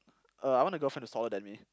uh I want a girlfriend whoh's taller than me